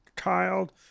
child